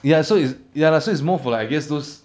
ya so it's ya lah so it's more for like I guess those